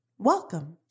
welcome